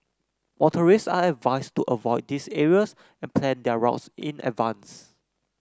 motorist are advised to avoid these areas and plan their routes in advance